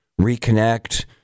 reconnect